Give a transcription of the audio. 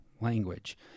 language